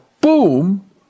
boom